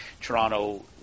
Toronto